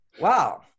wow